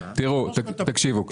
תקשיבו,